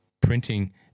printing